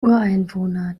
ureinwohner